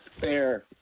fair